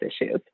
issues